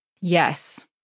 Yes